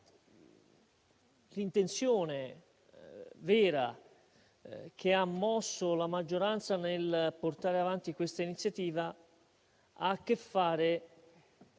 l'intenzione vera che ha mosso la maggioranza nel portare avanti questa iniziativa ha a che fare